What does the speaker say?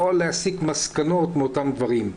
או להסיק מסקנות מאותם דברים.